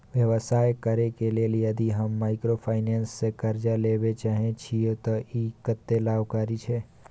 व्यवसाय करे के लेल यदि हम माइक्रोफाइनेंस स कर्ज लेबे चाहे छिये त इ कत्ते लाभकारी छै?